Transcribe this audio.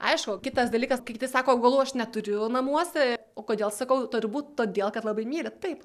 aišku kitas dalykas kai kiti sako augalų aš neturiu namuose o kodėl sakau turbūt todėl kad labai mylit taip